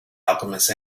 alchemist